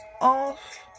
off